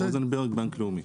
בנק לאומי.